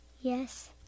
Yes